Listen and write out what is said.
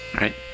right